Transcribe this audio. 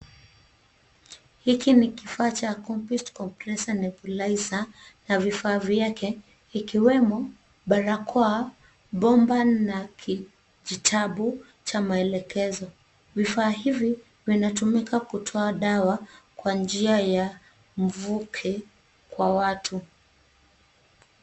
Hiki ni kifaa cha Compmist Compressor Nebulizer na vifaa vyake; ikiwemo barakoa, bomba na kitabu cha maelekezo. Vifaa hivi vinatumika kutoa dawa kwa njia ya mvuke kwa watu.